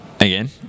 Again